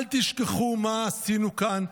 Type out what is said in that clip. אל תשכחו מה עשינו כאן,